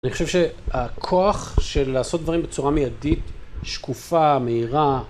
אני חושב שהכוח של לעשות דברים בצורה מיידית, שקופה, מהירה.